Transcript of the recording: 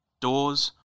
Doors